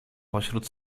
pośród